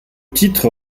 titre